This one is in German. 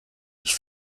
ich